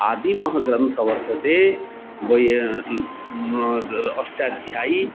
आदिमः ग्रन्थवर्तते वयं अष्टाध्यायी